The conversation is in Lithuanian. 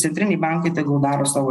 centriniai bankai tegul daro savo